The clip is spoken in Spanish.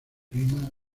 prima